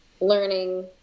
learning